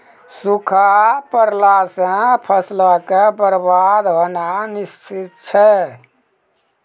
सूखा पड़ला से फसलो के बरबाद होनाय निश्चित छै